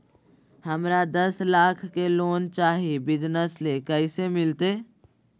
हमरा दस लाख के लोन चाही बिजनस ले, कैसे मिलते?